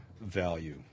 value